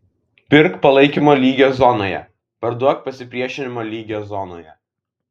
pirk palaikymo lygio zonoje parduok pasipriešinimo lygio zonoje